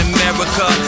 America